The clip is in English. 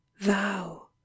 thou